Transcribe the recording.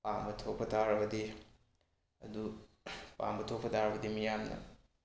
ꯄꯥꯝꯕ ꯊꯣꯛꯄ ꯇꯥꯔꯕꯗꯤ ꯑꯗꯨ ꯄꯥꯝꯕ ꯊꯣꯛꯄ ꯇꯥꯔꯕꯗꯤ ꯃꯤꯌꯥꯝꯅ